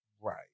right